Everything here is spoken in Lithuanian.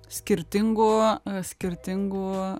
skirtingų skirtingų